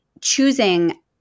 choosing